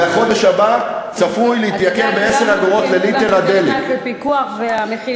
"מהחודש הבא הדלק צפוי להתייקר ב-10 אגורות לליטר." בפיקוח והמחיר יורד.